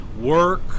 work